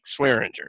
Swearinger